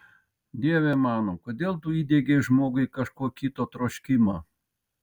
dieve mano kodėl tu įdiegei žmogui kažko kito troškimą